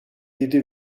yedi